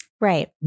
Right